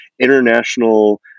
International